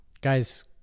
guys